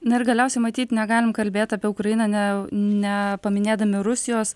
na ir galiausiai matyt negalim kalbėt apie ukrainą ne ne paminėdami rusijos